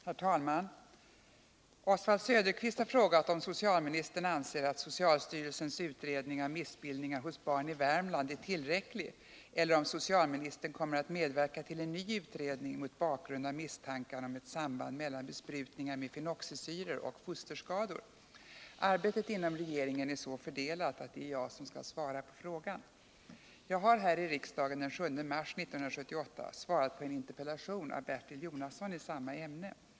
Herr talman! Oswald Söderqvist har frågat om socialministern anser att socialstyrelsens utredning av missbildningar hos barn i Värmland är tillräcklig eller om socialministern kommer att medverka till en ny utredning mot bakgrund av misstankarna om ett samband mellan besprutningar med fenoxisyror och fosterskador. Arbetet inom regeringen är så fördelat att det är jag som skall svara på frågan. Jag har här i riksdagen den 7 mars 1978 svarat på en interpellation av Bertil Jonasson i samma ämne.